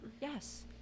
Yes